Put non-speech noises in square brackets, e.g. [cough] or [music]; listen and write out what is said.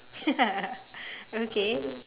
[laughs] okay